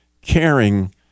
caring